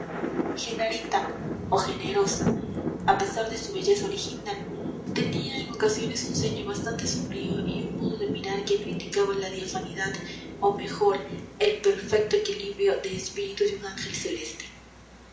genarita o generosa a pesar de su belleza original tenía en ocasiones un ceño bastante sombrío y un modo de mirar que no indicaba la diafanidad o mejor el perfecto equilibrio de espíritu de un ángel celeste